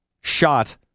shot